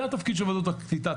זה התפקיד של ועדות הקליטה.